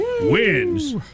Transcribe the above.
wins